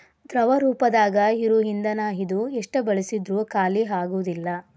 ದ್ರವ ರೂಪದಾಗ ಇರು ಇಂದನ ಇದು ಎಷ್ಟ ಬಳಸಿದ್ರು ಖಾಲಿಆಗುದಿಲ್ಲಾ